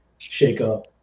shakeup